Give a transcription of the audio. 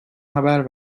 haber